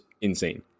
insane